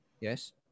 Yes